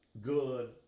good